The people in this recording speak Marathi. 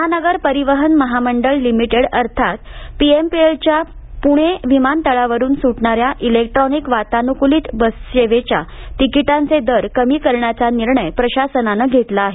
महानगर परिवहन महामंडळ लिमिटेड अर्थात पीएमपीएमएलच्या पुणे विमानतळावरून सुटणाऱ्या इलेक्ट्रॉनिक वातानुकुलीत बससेवेच्या तिकीटांचे दर कमी करण्याचा निर्णय प्रशासनाने घेतला आहे